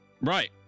right